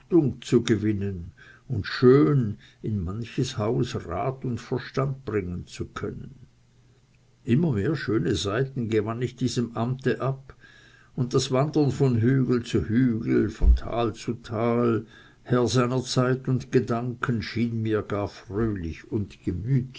zu gewinnen und schön in manches haus rat und verstand bringen zu können immer mehr schöne seiten gewann ich diesem amte ab und das wandern von hügel zu hügel von tal zu tal herr seiner zeit und gedanken schien mir gar fröhlich und